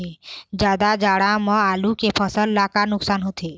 जादा जाड़ा म आलू के फसल ला का नुकसान होथे?